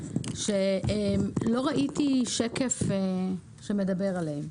שלא ראיתי שקף שמדבר עליהן.